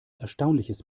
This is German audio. erstaunliches